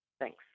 Thanks